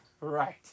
Right